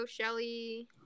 Shelly